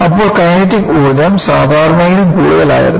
അപ്പോൾ കൈനറ്റിക് ഊർജ്ജം സാധാരണയിലും കൂടുതൽ ആയിരുന്നു